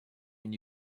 and